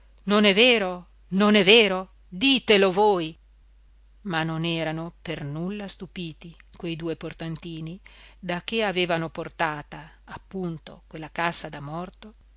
non è vero non è vero ditelo voi ma non erano per nulla stupiti quei due portantini da che avevano portata appunto quella cassa da morto